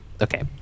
Okay